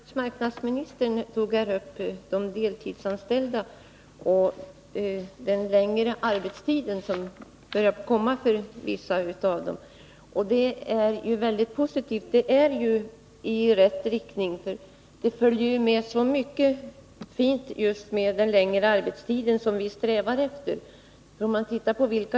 Herr talman! Arbetsmarknadsministern påpekade att vissa deltidsanställda nu började få längre arbetstid. Det är positivt och pekar i rätt riktning. Det följer så mycket fint med den längre arbetstid som vi strävar efter.